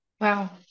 Wow